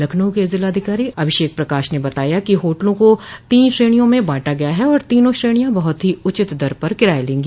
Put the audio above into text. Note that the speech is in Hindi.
लखनऊ के जिला अधिकारी अभिषेक प्रकाश ने बताया कि होटलों को तीन श्रेणियों में बांटा गया है और तीनों श्रेणियां बहुत ही उचित दर पर किराया लेंगी